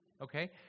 Okay